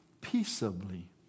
Peaceably